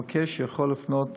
המבקש יכול לפנות